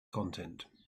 content